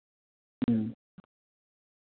ᱦᱮᱸ